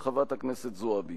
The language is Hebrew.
חבר הכנסת בן-ארי,